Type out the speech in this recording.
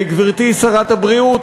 גברתי שרת הבריאות,